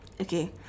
Okay